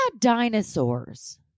dinosaurs